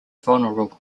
vulnerable